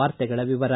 ವಾರ್ತೆಗಳ ವಿವರ